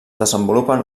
desenvolupen